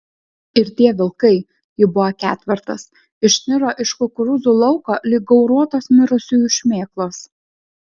ir tie vilkai jų buvo ketvertas išniro iš kukurūzų lauko lyg gauruotos mirusiųjų šmėklos